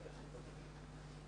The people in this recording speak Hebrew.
בבקשה.